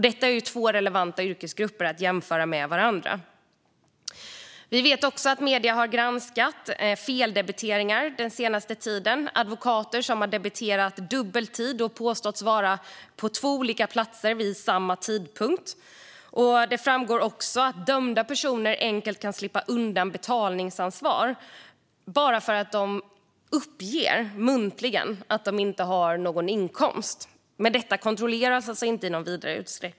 Detta är två yrkesgrupper som det är relevant att jämföra med varandra. Vi vet också att medierna den senaste tiden har granskat feldebiteringar - advokater som debiterat dubbel tid och som påstås ha varit på två olika platser vid samma tidpunkt. Det framgår också att dömda personer enkelt kan slippa undan betalningsansvar bara genom att muntligen uppge att de inte har någon inkomst. Detta kontrolleras alltså inte i någon vidare utsträckning.